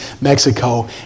Mexico